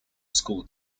school